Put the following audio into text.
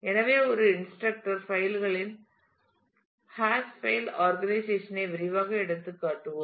எனவே ஒரு இன்ஸ்ரக்டர் பைல்களின் ஹாஷ் பைல் ஆர்கனைசேஷன் ஐ விரைவாக எடுத்துக்காட்டுவோம்